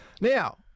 Now